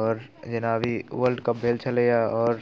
आओर जेना अभी वर्ल्ड कप भेल छलैए आओर